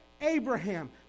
Abraham